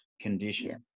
condition